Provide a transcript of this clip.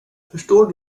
förstår